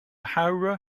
howrah